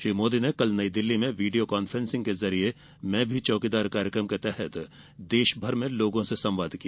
श्री मोदी ने कल नई दिल्ली में वीडियो कान्फ्रेंसिग के जरिये मैं भी चौकीदार कार्यक्रम के तहत देशभर में लोगों से संवाद किया